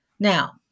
Now